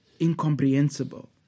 incomprehensible